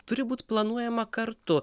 turi būt planuojama kartu